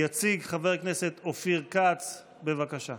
יציג חבר הכנסת אופיר כץ, בבקשה.